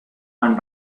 and